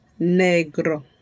Negro